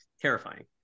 terrifying